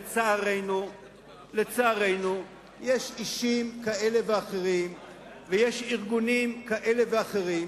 שלצערנו יש אישים כאלה ואחרים ויש ארגונים כאלה ואחרים